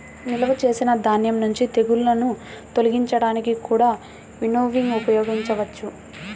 నిల్వ చేసిన ధాన్యం నుండి తెగుళ్ళను తొలగించడానికి కూడా వినోవింగ్ ఉపయోగించవచ్చు